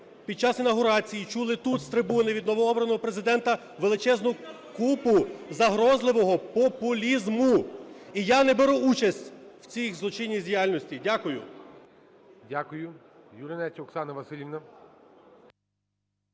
під час інавгурації чули тут з трибуни від новообраного Президента величезну купу загрозливого популізму. І я не беру участь в цій злочинній діяльності. Дякую.